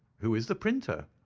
who is the printer?